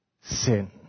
sin